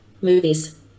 Movies